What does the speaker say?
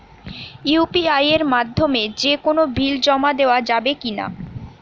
UPI এর মাধ্যমে যে কোনো বিল জমা দেওয়া যাবে কি না?